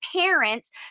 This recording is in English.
parents